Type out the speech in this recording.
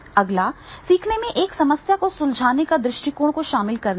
अगला सीखने में एक समस्या को सुलझाने के दृष्टिकोण को शामिल करना है